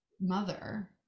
mother